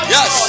Yes